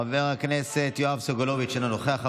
חבר הכנסת יואב סגלוביץ' אינו נוכח.